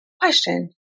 Question